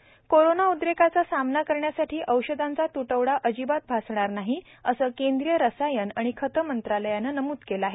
औषधनिर्मिती एयर कोरोना उद्रेकाचा सामना करण्यासाठी औषधांचा त्टवडा अजिबात भासणार नाही असं केंद्रीय रसायन आणि खत मंत्रालयानं नमूद केलं आहे